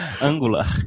Angular